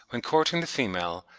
when courting the female,